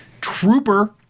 trooper